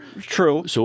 True